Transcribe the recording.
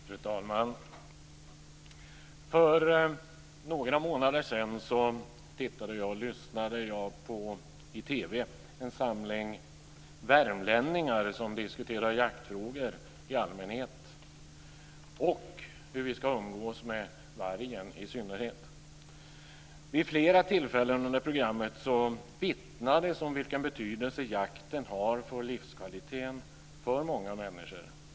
Fru talman! För några månader sedan tittade och lyssnade jag på TV som visade en samling värmlänningar som diskuterade jaktfrågor i allmänhet och hur vi ska umgås med vargen i synnerhet. Vid flera tillfällen under programmet vittnades det om vilken betydelse som jakten har för många människors livskvalitet.